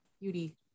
beauty